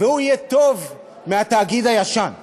והוא יהיה טוב מהתאגיד הישן.